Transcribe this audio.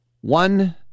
One